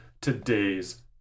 today's